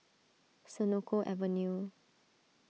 Senoko Avenue